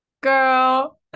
Girl